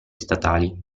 statali